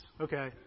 okay